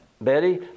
Betty